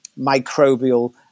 microbial